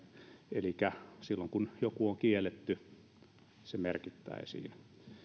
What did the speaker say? elikkä silloin kun joku on kielletty se merkittäisiin